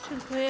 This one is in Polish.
Dziękuję.